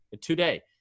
today